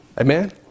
Amen